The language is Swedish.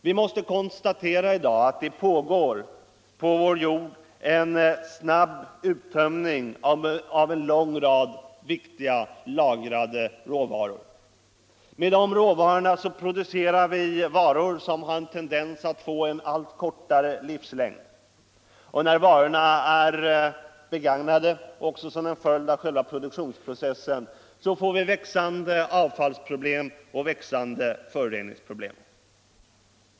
Vi måste i dag konstatera att det på vår jord pågår en snabb uttömning av en lång rad viktiga lagrade råvaror. Med de råvarorna producerar vi varor som har en tendens att få allt kortare livslängd. Och när varorna är förbrukade — och som en följd av själva produktionsprocessen — får vi växande avfallsoch föroreningsproblem.